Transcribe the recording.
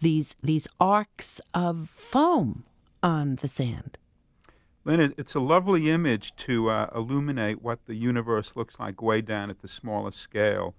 these these arcs of foam on the sand and it's a lovely image to illuminate what the universe looks like way down at the smallest scale.